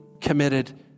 committed